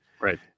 Right